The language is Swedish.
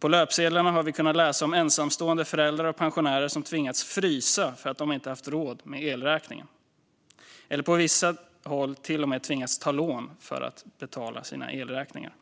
På löpsedlarna har vi kunnat läsa om ensamstående föräldrar och pensionärer som tvingats frysa för att de inte haft råd med elräkningen. Vissa har till och med tvingats ta lån för att betala sina elräkningar.